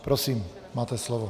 Prosím, máte slovo.